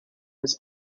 his